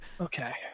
Okay